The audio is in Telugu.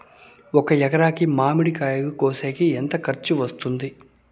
ఒక ఎకరాకి మామిడి కాయలు కోసేకి ఎంత ఖర్చు వస్తుంది?